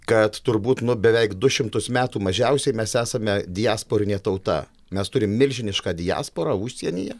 kad turbūt nu beveik du šimtus metų mažiausiai mes esame diasporinė tauta mes turim milžinišką diasporą užsienyje